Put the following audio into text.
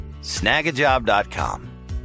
Snagajob.com